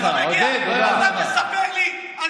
עודד, לא נעים לי להגיד לך, אבל